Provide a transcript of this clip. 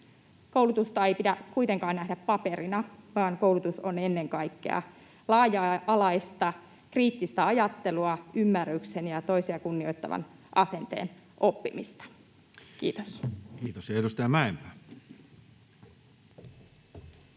Koulutusta ei pidä kuitenkaan nähdä paperina, vaan koulutus on ennen kaikkea laaja-alaista, kriittistä ajattelua, ymmärryksen ja toisia kunnioittavan asenteen oppimista. — Kiitos.